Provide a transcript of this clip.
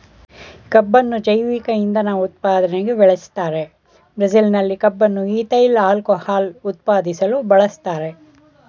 ಕಬ್ಬುನ್ನು ಜೈವಿಕ ಇಂಧನ ಉತ್ಪಾದನೆಗೆ ಬೆಳೆಸ್ತಾರೆ ಬ್ರೆಜಿಲ್ನಲ್ಲಿ ಕಬ್ಬನ್ನು ಈಥೈಲ್ ಆಲ್ಕೋಹಾಲ್ ಉತ್ಪಾದಿಸಲು ಬಳಸ್ತಾರೆ